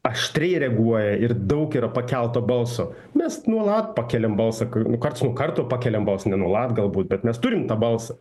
aštriai reaguoja ir daug yra pakelto balso mes nuolat pakeliam balsą k karts nuo karto pakeliam balsą ne nuolat galbūt bet mes turim tą balsą